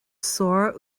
sár